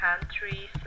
countries